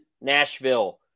Nashville